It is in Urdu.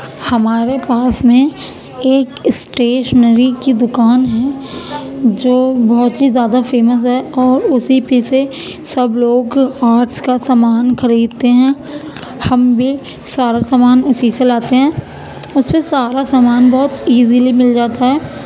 ہمارے پاس میں ایک اسٹیشنری کی دوکان ہے جو بہت ہی زیادہ فیمس ہے اور اسی پہ سے سب لوگ آرٹس کا سامان خریدتے ہیں ہم بھی سارا سامان اسی سے لاتے ہیں اس پہ سارا سامان بہت ایزلی مل جاتا ہے